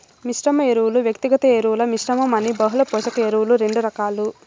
మిశ్రమ ఎరువులు, వ్యక్తిగత ఎరువుల మిశ్రమం అని బహుళ పోషక ఎరువులు రెండు రకాలు